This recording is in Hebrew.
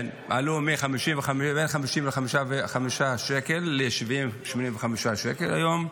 הם עלו מ- 50 55 שקל ל-75 80 שקל היום.